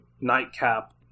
nightcap